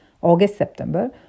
August-September